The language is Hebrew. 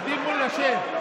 תגיד לו שישב.